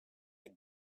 had